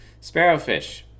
Sparrowfish